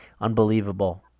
Unbelievable